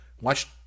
Watch